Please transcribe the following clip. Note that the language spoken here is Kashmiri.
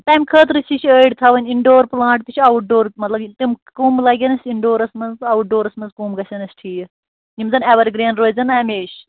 تَمہِ خٲطرٕ تہِ چھِ أڑۍ تھاوٕنۍ اِن ڈور پُلانٛٹ تہِ چھِ آوُٹ ڈورُک مطلب تِم کٕم لگن اَسہِ اِن ڈورَس منٛز تہٕ اَوُٹ ڈورَس منٛز کٕم گژھن اَسہِ ٹھیٖک یِم زَن ایوَر گریٖن روزن ہمیشہِ